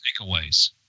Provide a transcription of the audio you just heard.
takeaways